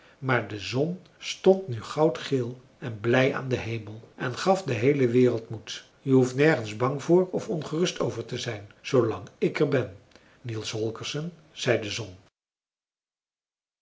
maar de zon stond nu goudgeel en blij aan den hemel en gaf de heele wereld moed je hoeft nergens bang voor of ongerust over te zijn zoolang ik er ben niels holgersson zei de zon